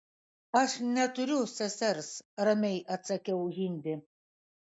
aš neturiu sesers ramiai atsakiau hindi